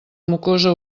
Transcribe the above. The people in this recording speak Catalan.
mucosa